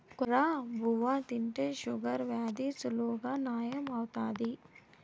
కొర్ర బువ్వ తింటే షుగర్ వ్యాధి సులువుగా నయం అవుతాది